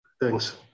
Thanks